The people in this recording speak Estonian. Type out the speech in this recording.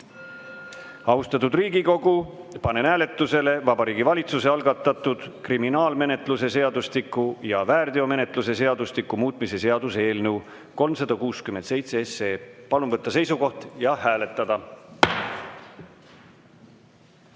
minna. Austatud Riigikogu, panen hääletusele Vabariigi Valitsuse algatatud kriminaalmenetluse seadustiku ja väärteomenetluse seadustiku muutmise seaduse eelnõu 367. Palun võtta seisukoht ja hääletada!